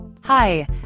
Hi